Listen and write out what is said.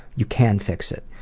you can fix it.